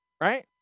Right